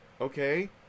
Okay